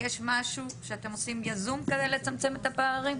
יש משהו שאתם עושים, יזום כדי לצמצם את הפערים?